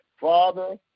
Father